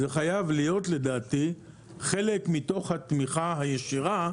זה חייב להיות לדעתי חלק מתוך התמיכה הישירה,